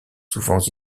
souvent